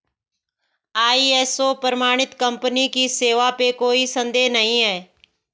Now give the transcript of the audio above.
ISO प्रमाणित company की सेवा पे कोई संदेह नहीं है